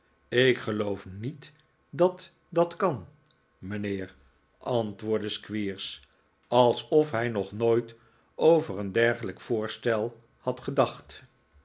ik geloof niet dat dat kan mijnheer antwoordde squeers alsof hij nog nooit over een dergelijk voorstel had gedacht